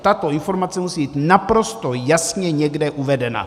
Tato informace musí být naprosto jasně někde uvedena.